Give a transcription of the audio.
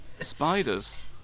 Spiders